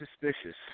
suspicious